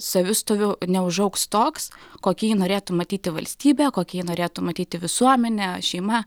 savistoviu neužaugs toks kokį ji norėtų matyti valstybė kokie norėtų matyti visuomenė šeima